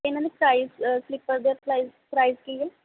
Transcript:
ਇਹਨਾਂ ਦੇ price sleeper ਦਾ price ਕੀ ਹੈ